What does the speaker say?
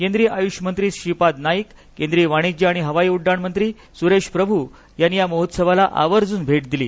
केंद्रीय आयुष मंत्री श्रीपाद नाईक केंद्रीय वाणिज्य आणि हवाई उड्डाण मंत्री सुरेश प्रभू यांनी या महोत्सवाला आवर्जून भेट दिली